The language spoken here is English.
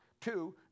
Two